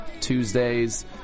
Tuesdays